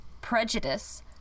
prejudice